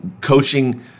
coaching